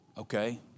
Okay